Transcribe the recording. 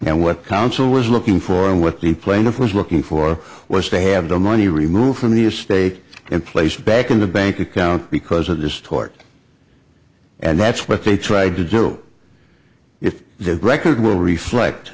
and what counsel was looking for and what the plaintiff was looking for was to have the money removed from the estate and placed back in the bank account because of this tort and that's what they tried to do if the record will reflect